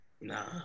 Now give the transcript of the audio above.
Nah